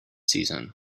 season